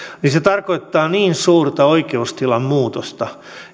se tarkoittaa niin suurta oikeustilan muutosta